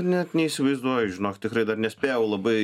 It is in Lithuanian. net neįsivaizduoju žinok tikrai dar nespėjau labai